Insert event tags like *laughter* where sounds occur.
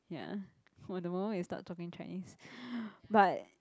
ya from the moment we start talking Chinese *breath* but